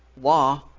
law